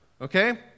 Okay